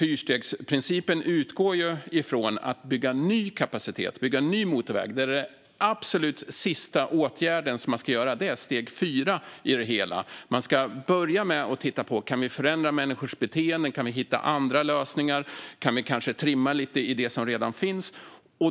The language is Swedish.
Fyrstegsprincipen utgår från att den absolut sista åtgärden man ska göra är att bygga ny kapacitet, bygga ny motorväg; det är steg 4. Man ska börja med att titta på om man kan förändra människors beteenden, hitta andra lösningar och om man kanske kan trimma lite i det som redan finns.